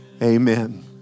Amen